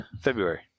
February